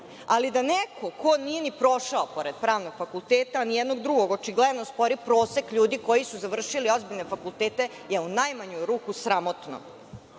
ali da neko ko nije ni prošao pored pravnog fakulteta, nijednog drugog, očigledno, spori prosek ljudi koji su završili ozbiljne fakultete je u najmanju ruku sramotno. Ne